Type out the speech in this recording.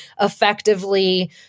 effectively